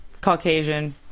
Caucasian